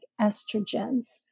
estrogens